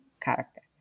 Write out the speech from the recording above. character